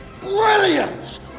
brilliant